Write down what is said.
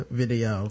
video